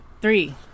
three